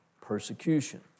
persecution